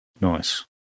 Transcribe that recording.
Nice